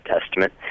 Testament